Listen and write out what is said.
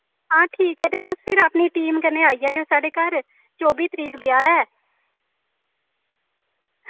हां ठीक ऐ ते तुस फिर अपनी टीम कन्नै आई जायो साढ़े घर चौह्बी तरीक ब्याह् ऐ